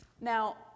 Now